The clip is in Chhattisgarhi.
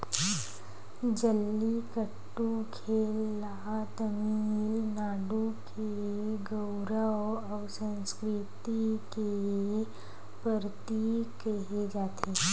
जल्लीकट्टू खेल ल तमिलनाडु के गउरव अउ संस्कृति के परतीक केहे जाथे